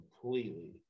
completely